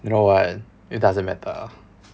you know what it doesn't matter